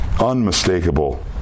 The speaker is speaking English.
unmistakable